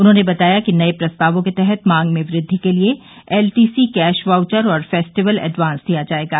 उन्होंने बताया कि नये प्रस्तावों के तहत मांग में वृद्धि के लिए एलटीसी कैश वाउचर और फेस्टिवल एडवांस दिया जाएगा